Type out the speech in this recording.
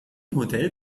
hotel